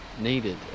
needed